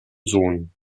sohn